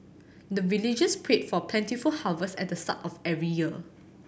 the villagers pray for plentiful harvest at the start of every year